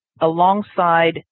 Alongside